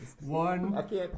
One